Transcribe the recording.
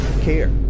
care